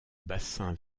bassin